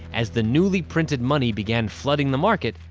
as the newly-printed money began flooding the market,